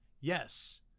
Yes